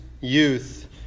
youth